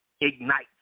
Ignite